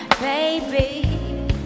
baby